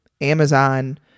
Amazon